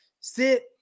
sit